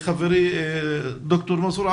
אצל הדרוזים,